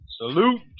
Salute